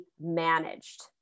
managed